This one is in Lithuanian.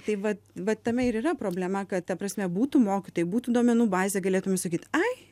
tai vat vat tame ir yra problema kad ta prasme būtų mokytojai būtų duomenų bazė galėtume sakyt ai